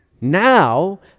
Now